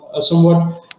somewhat